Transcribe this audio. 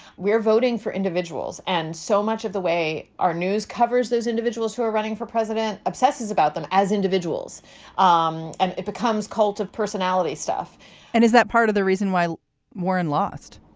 we're voting for individuals. and so much of the way our news covers those individuals who are running for president obsesses about them as individuals um and it becomes cult of personality stuff and is that part of the reason why warren lost?